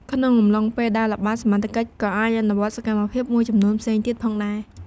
ក្នុងអំឡុងពេលដើរល្បាត សមត្ថកិច្ចក៏អាចអនុវត្តសកម្មភាពមួយចំនួនផ្សេងទៀតផងដែរ។